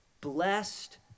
Blessed